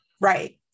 Right